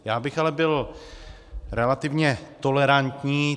Já bych ale byl relativně tolerantní.